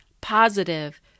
positive